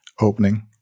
opening